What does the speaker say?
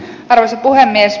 arvoisa puhemies